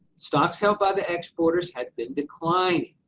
stocks held by the exporters have been declining,